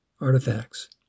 artifacts